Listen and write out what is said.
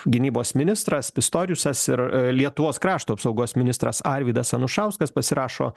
gynybos ministras pistoriusas ir lietuvos krašto apsaugos ministras arvydas anušauskas pasirašo